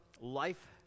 life